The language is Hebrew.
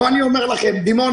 אני אומר לכם: בדימונה,